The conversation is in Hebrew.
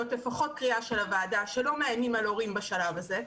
לפחות קריאה של הוועדה שלא מאיימים על הורים בשלב הזה,